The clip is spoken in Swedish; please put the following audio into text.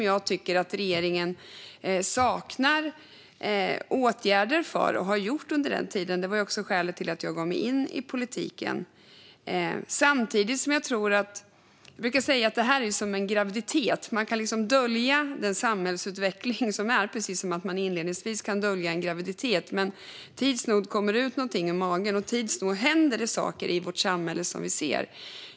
Jag tycker att regeringen saknar åtgärder för detta och har gjort det under den här tiden, och det är också skälet till att jag gav mig in i politiken. Jag brukar säga att det här är som en graviditet: Man kan dölja den samhällsutveckling som är, precis som man inledningsvis kan dölja en graviditet - men tids nog kommer det ut någonting ur magen, och tids nog händer det saker i vårt samhälle.